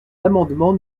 l’amendement